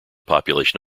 population